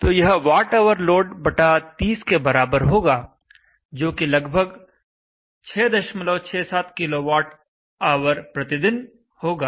तो यह Whload30 के बराबर होगा जो कि लगभग 667 किलोवॉट आवर प्रतिदिन kWhday होगा